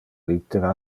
littera